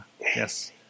Yes